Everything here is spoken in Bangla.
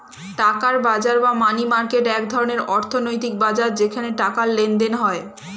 টাকার বাজার বা মানি মার্কেট এক ধরনের অর্থনৈতিক বাজার যেখানে টাকার লেনদেন হয়